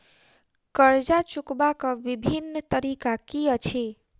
कर्जा चुकबाक बिभिन्न तरीका की अछि?